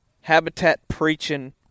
habitat-preaching